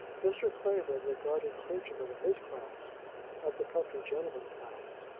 mr. clavering regarded clergymen of his class of the country gentlemen class,